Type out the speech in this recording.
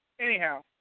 anyhow